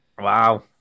Wow